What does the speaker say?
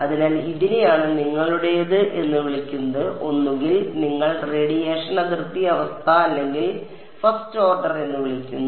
അതിനാൽ ഇതിനെയാണ് നിങ്ങളുടേത് എന്ന് വിളിക്കുന്നത് ഒന്നുകിൽ നിങ്ങൾ റേഡിയേഷൻ അതിർത്തി അവസ്ഥ അല്ലെങ്കിൽ 1st ഓർഡർ എന്ന് വിളിക്കുന്നു